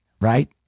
right